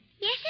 Yes